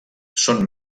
són